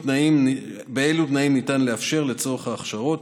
באילו תנאים ניתן לאפשר, לצורך ההכשרות.